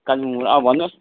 कालेबुङबाट अँ भन्नुहोस्